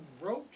Roach